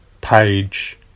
page